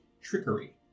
trickery